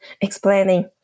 explaining